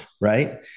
right